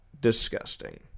disgusting